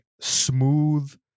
smooth